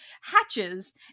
hatches